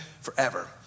forever